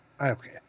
Okay